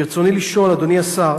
ברצוני לשאול, אדוני השר: